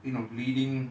you know leading